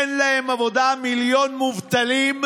אין להן עבודה, מיליון מובטלים,